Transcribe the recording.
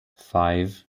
five